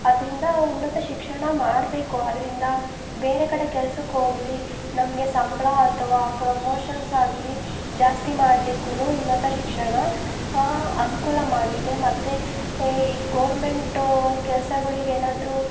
ಆದ್ದರಿಂದ ಉನ್ನತ ಶಿಕ್ಷಣ ಮಾಡಬೇಕು ಅದರಿಂದ ಬೇರೆ ಕಡೆ ಕೆಲ್ಸಕ್ಕೆ ಹೋಗಲಿ ನಮಗೆ ಸಂಬಳ ಅಥವಾ ಪ್ರಮೋಷನ್ಸ್ ಆಗಲಿ ಜಾಸ್ತಿ ಮಾಡ್ಲಿಕ್ಕು ಉನ್ನತ ಶಿಕ್ಷಣ ಅನುಕೂಲ ಮಾಡುತ್ತೆ ಮತ್ತು ಈ ಗೋರ್ಮೆಂಟು ಕೆಲ್ಸಗಳಿಗೇನಾದ್ರೂ